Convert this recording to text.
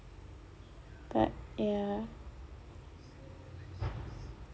but ya